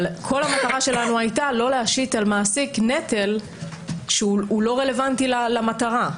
אבל כל המטרה שלנו הייתה לא להשית על מעסיק נטל שלא רלוונטי למטרה.